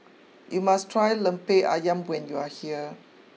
you must try Lemper Ayam when you are here